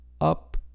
Up